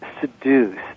seduced